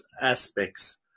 aspects